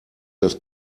das